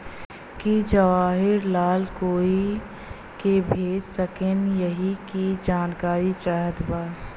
की जवाहिर लाल कोई के भेज सकने यही की जानकारी चाहते बा?